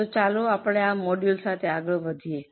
તો ચાલો આપણે આ મોડ્યુલ સાથે આગળ વધીએ